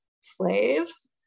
slaves